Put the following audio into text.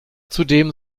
zudem